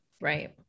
Right